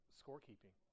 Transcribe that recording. scorekeeping